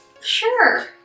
Sure